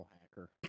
hacker